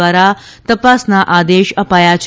દ્વારા તપાસના આ આદેશ અપાયા છે